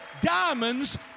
diamonds